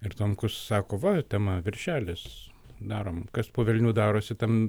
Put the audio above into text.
ir tomkus sako va tema viršelis darom kas po velnių darosi tam